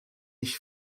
ich